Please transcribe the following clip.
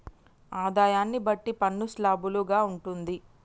ఆదాయాన్ని బట్టి పన్ను స్లాబులు గా ఉంటుంది